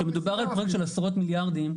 כשמדובר על פרויקט של עשרות מיליארדים,